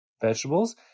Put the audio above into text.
vegetables